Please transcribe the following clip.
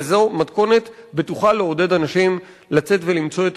וזו מתכונת בטוחה לעודד אנשים לצאת ולמצוא את